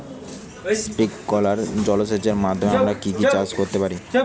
Sprinkler জলসেচের মাধ্যমে আমরা কি কি চাষ করতে পারি?